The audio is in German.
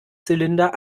zylinder